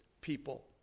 people